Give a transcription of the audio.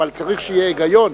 אבל צריך שיהיה היגיון.